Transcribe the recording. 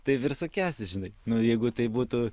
taip ir sukiesi žinai nu jeigu tai būtų